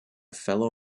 fellow